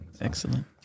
excellent